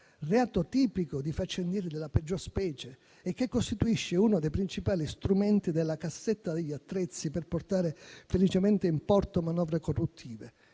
tipico di faccendieri della peggior specie e che costituisce uno dei principali strumenti della cassetta degli attrezzi per portare felicemente in porto manovre corruttive.